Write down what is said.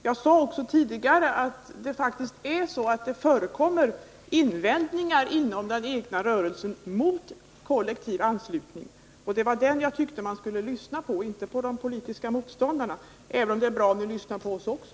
Jag sade tidigare att det inom den egna rörelsen faktiskt förekommer invändningar mot kollektivanslutning. Det var den egna rörelsen som jag menade att man borde lyssna på, inte på de politiska motståndarna, även om det är bra om ni lyssnar på oss också.